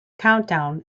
countdown